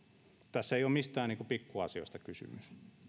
tässä ei ole mistään pikkuasioista kysymys